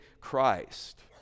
Christ